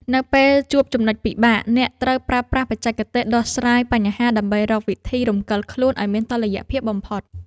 នៅពេលជួបចំណុចពិបាក អ្នកត្រូវប្រើប្រាស់បច្ចេកទេសដោះស្រាយបញ្ហាដើម្បីរកវិធីរំកិលខ្លួនឱ្យមានតុល្យភាពបំផុត។